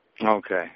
Okay